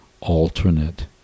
alternate